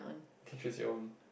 you can choose your own